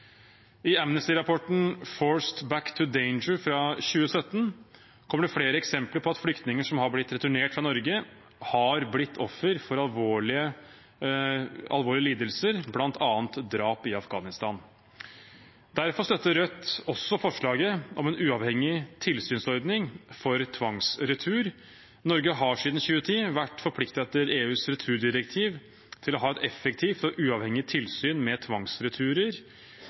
I Amnesty-rapporten «Forced back to danger» fra 2017 kommer det flere eksempler på at flyktninger som er blitt returnert fra Norge, er blitt offer for alvorlige lidelser, bl.a. drap, i Afghanistan. Derfor støtter Rødt også forslaget om en uavhengig tilsynsordning for tvangsretur. Norge har siden 2010 vært forpliktet etter EUs returdirektiv til å ha et effektivt og uavhengig tilsyn med tvangsreturer.